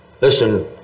Listen